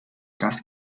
das